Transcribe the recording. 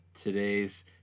Today's